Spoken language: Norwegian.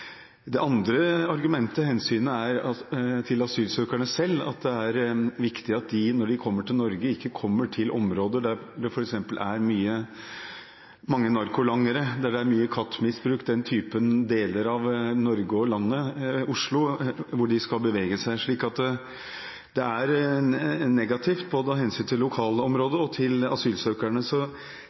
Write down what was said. er hensynet til asylsøkerne selv. Det er viktig at de, når de kommer til Norge, ikke kommer til områder der det f.eks. er mange narkolangere, der det er mye khat-misbruk, i den delen av Norge og Oslo hvor de skal bevege seg. Så dette er negativt av hensyn både til lokalområdet og til asylsøkerne. Så